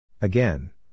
Again